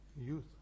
youth